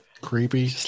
creepy